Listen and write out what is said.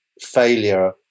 failure